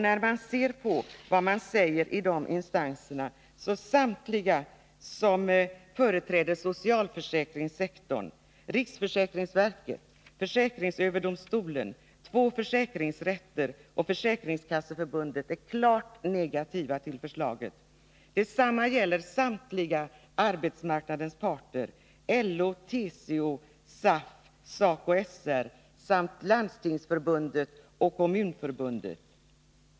När man ser på det som sägs i de instanserna framkommer att samtliga som företräder socialförsäkringssektorn — riksförsäkringsverket, försäkringsöverdomstolen, två försäkringsrätter och Försäkringskasseförbundet — är klart negativa till förslaget. Detsamma gäller samtliga arbetsmarknadens parter: LO, TCO, SAF, SACO/SR samt Landstingsförbundet och Kommunförbundet.